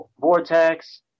vortex